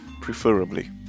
preferably